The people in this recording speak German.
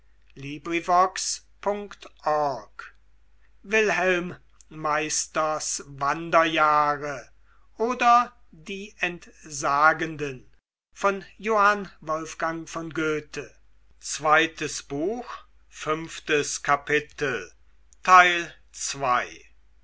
wilhelm meisters wanderjahre oder die entsagenden